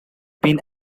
been